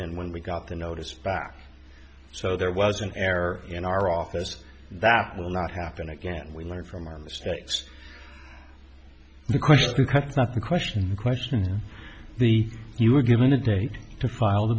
again when we got the notice back so there was an error in our office that will not happen again we learn from our mistakes the question because not the question the question the you were given a date to file